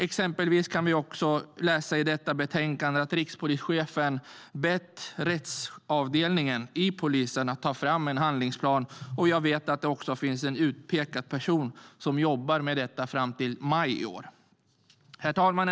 Exempelvis kan vi i dagens betänkande läsa att rikspolischefen bett rättsavdelningen inom polisen ta fram en handlingsplan. Jag vet att det finns en utpekad person som jobbar med frågan fram till maj i år. Herr talman!